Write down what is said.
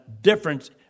difference